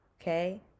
Okay